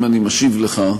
אם אני משיב לך,